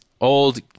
old